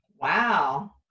Wow